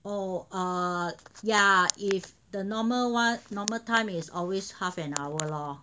oh err yeah if the normal [one] normal time is always half an hour lor